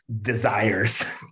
desires